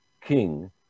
king